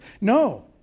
No